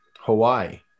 Hawaii